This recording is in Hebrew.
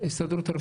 ההסתדרות הרפואית.